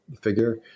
figure